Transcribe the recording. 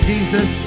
Jesus